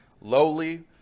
lowly